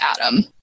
Adam